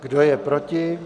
Kdo je proti?